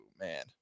man